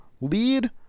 lead